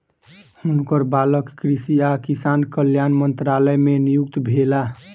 हुनकर बालक कृषि आ किसान कल्याण मंत्रालय मे नियुक्त भेला